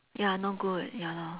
ya not good ya lor